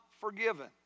forgiven